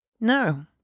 No